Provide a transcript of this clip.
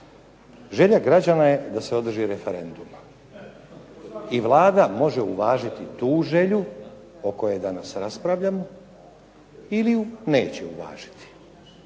Želja građana je da se održi referendum i Vlada može uvažiti tu želju o kojoj danas raspravljamo ili ju neće uvažiti.